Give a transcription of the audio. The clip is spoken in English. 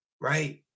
right